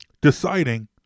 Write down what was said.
deciding